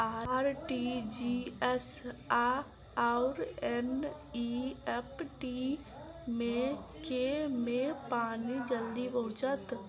RTGS आओर NEFT मे केँ मे पानि जल्दी पहुँचत